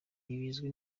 ntibizwi